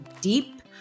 deep